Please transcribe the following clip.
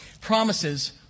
promises